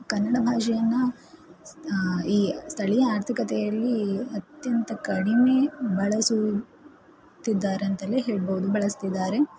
ಕನ್ನಡ ಭಾಷೆಯನ್ನು ಈ ಸ್ಥಳೀಯ ಆರ್ಥಿಕತೆಯಲ್ಲಿ ಅತ್ಯಂತ ಕಡಿಮೆ ಬಳಸುತ್ತಿದ್ದಾರಂತಲೇ ಹೇಳ್ಬೌದು ಬಳಸ್ತಿದ್ದಾರೆ